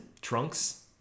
trunks